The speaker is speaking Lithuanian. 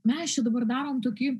mes čia dabar darom tokį